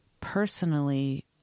personally